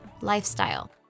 lifestyle